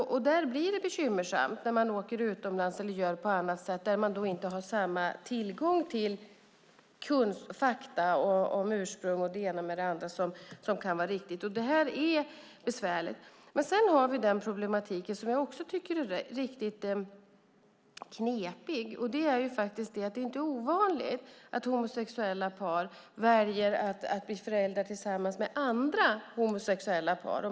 Det blir bekymmersamt när man åker utomlands och där man inte har samma tillgång till fakta om ursprung och annat som kan vara viktigt. Sedan har vi en problematik som jag tycker är riktigt knepig, och det är att det inte är ovanligt att homosexuella par väljer att bli föräldrar tillsammans med andra homosexuella par.